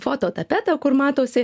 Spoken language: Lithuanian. fototapetą kur matosi